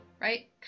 right